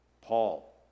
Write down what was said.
Paul